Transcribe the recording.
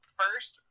first